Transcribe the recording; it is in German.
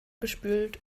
gespült